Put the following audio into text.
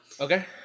Okay